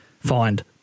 find